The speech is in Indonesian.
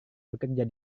bekerja